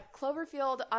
Cloverfield